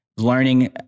learning